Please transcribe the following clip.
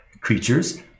creatures